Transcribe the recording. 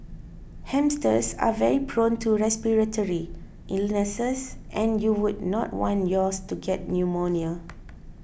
hamsters are very prone to respiratory illnesses and you would not want yours to get pneumonia